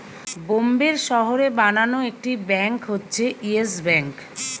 বোম্বের শহরে বানানো একটি ব্যাঙ্ক হচ্ছে ইয়েস ব্যাঙ্ক